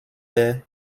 père